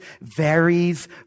varies